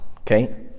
okay